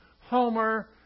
Homer